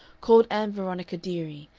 called ann veronica dearie,